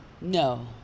No